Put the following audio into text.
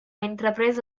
intrapreso